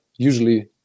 usually